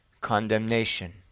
condemnation